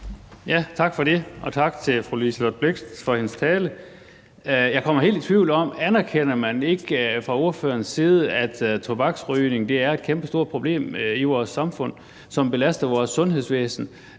Tak for det, og tak til fru Liselott Blixt for hendes tale. Jeg kommer helt i tvivl om, om man fra ordførerens side anerkender, at tobaksrygning er et kæmpestort problem i vores samfund, som belaster vores sundhedsvæsen.